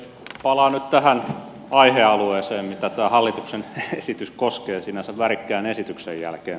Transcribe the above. palaan nyt tähän aihealueeseen mitä tämä hallituksen esitys koskee sinänsä värikkään esityksen jälkeen